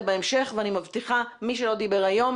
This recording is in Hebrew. בהמשך ואני מבטיחה שמי שלא דיבר היום,